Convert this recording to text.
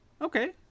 Okay